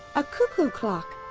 a cuckoo clock!